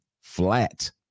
flat